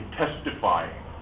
testifying